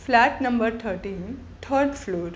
flat number thirteen third floor